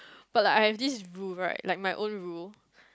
but like I have this rule right like my own rule